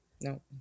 No